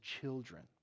children